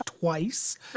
Twice